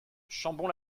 chambon